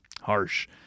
Harsh